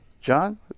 John